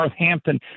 Northampton